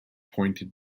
pointed